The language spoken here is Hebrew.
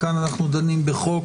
כאן אנחנו דנים בחוק